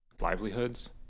livelihoods